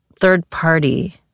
third-party